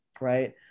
Right